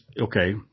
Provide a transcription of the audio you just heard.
okay